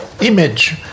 image